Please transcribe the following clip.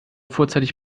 vorzeitig